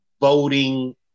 Voting